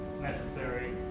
necessary